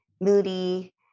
moody